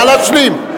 נא להשלים.